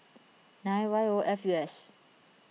nine Y O F U S